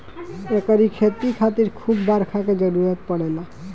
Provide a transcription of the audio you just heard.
एकरी खेती खातिर खूब बरखा के जरुरत पड़ेला